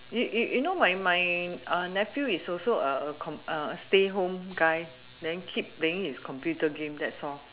you you you know my my nephew is also a a com stay home guy then keep playing his computer game that's all